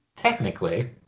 Technically